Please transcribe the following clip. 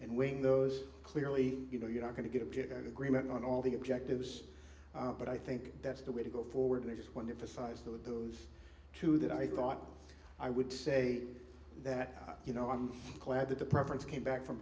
and when those clearly you know you're not going to get a pick and agreement on all the objectives but i think that's the way to go forward and i just wonder if a size that of those two that i thought i would say that you know i'm glad that the preference came back from